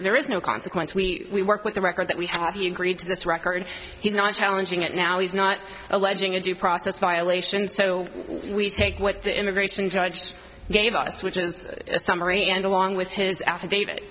there is no consequence we work with the record that we have he agreed to this record he's not challenging it now he's not alleging a due process violation so we take what the immigration judge gave us which is a summary and along with his affidavit